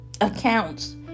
accounts